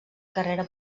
carrera